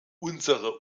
unsere